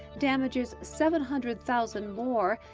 damages seven hundred thousand more,